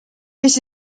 this